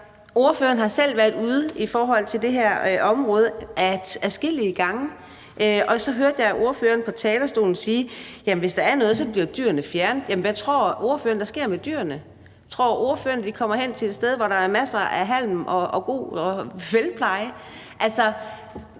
den måde været ude i forhold til det her område adskillige gange. Og så hørte jeg ordføreren på talerstolen sige, at hvis der er noget, så bliver dyrene fjernet. Jamen hvad tror ordføreren der sker med dyrene? Tror ordføreren, at de kommer hen til et sted, hvor der er masser af halm og god pleje?